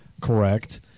correct